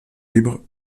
libre